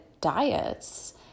diets